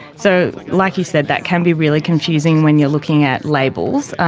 so, like you said, that can be really confusing when you are looking at labels.